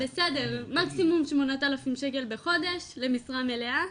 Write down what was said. בסדר, מקסימום שמונת אלפים שקל בחודש למשרה מלאה,